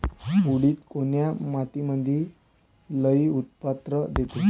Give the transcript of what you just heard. उडीद कोन्या मातीमंदी लई उत्पन्न देते?